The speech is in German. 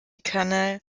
canal